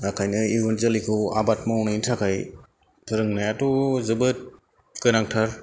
दा बेखायनो इयुन जोलैखौ आबाद मावनायनि थाखाय फोरोंनायाथ' जोबोद गोनांथार